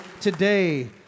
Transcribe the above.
today